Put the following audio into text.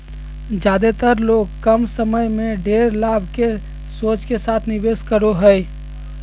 ज्यादेतर लोग कम समय में ढेर लाभ के सोच के साथ निवेश करो हइ